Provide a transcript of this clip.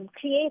Create